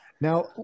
now